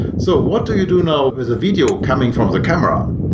so what do you do now as a video coming from the camera?